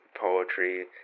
poetry